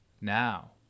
now